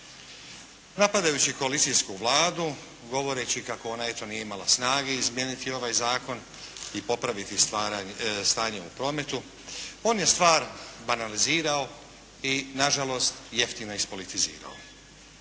Napadajući koalicijsku Vladu, govoreći kako ona eto nije imala snage izmijeniti ovaj zakon i popraviti stanje u prometu, on je stvar banalizirao i nažalost jeftino ispolitizirao.